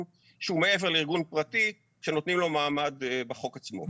שהוא מעבר לארגון פרטי שנותנים לו מעמד בחוק עצמו.